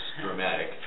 dramatic